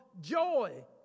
joy